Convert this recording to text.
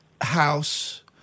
house